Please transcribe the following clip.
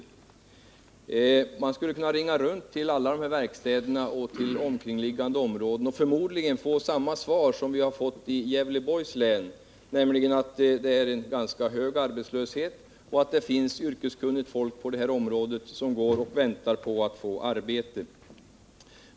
Jag är säker på att man skulle kunna ringa runt till alla sådana här verkstäder också utanför Gävleborgs län och få samma svar som jag har fått där, nämligen att man har en ganska hög arbetslöshet och att det finns yrkeskunnigt folk på det här området som går och väntar på att få arbete.